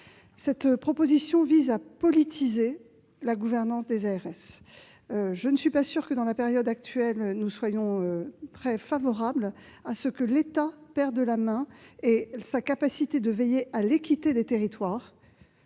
cette proposition vise à politiser la gouvernance des ARS. Je ne suis pas sûre que, dans la période actuelle, nous soyons très favorables à ce que l'État perde la main et sa capacité à veiller à l'équité entre les territoires